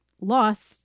Lost